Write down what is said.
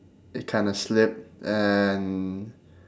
it kind of slipped and